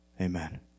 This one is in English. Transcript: Amen